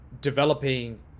developing